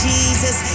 Jesus